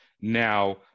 now